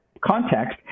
context